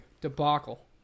Debacle